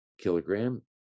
kilogram